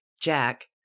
Jack